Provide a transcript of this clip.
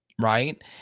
right